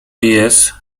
jest